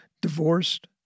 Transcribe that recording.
Divorced